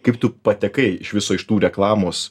kaip tu patekai iš viso iš tų reklamos